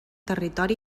territori